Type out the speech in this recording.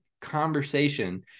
Conversation